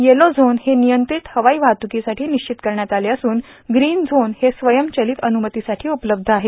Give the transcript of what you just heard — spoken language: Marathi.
येलो झोन हे नियंत्रित हवाई वाहतुकीसाठी निश्चित करण्यात आलं असून ग्रीन झोन हे स्वयंचलित अनुमतीसाठी उपलब्ध आहे